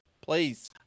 Please